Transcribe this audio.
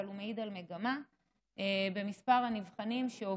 אבל הוא מעיד על מגמה במספר הנבחנים שעוברים